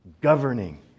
governing